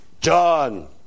John